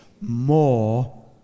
more